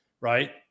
right